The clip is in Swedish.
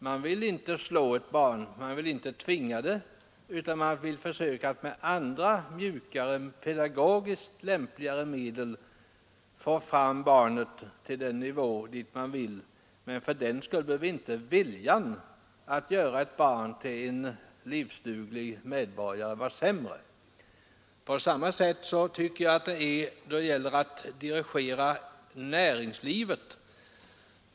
Man vill inte längre slå eller tvinga ett barn utan man vill med andra, mjukare och pedagogiskt lämpligare medel påverka barnet i önskad riktning. Men fördenskull behöver inte viljan att göra ett barn till en livsduglig medborgare vara svagare. På samma sätt tycker jag att det är då det gäller att dirigera näringslivet.